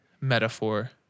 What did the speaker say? metaphor